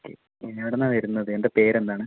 okay എവിടുന്നാണ് വരുന്നത് എന്താ പേരെന്താണ്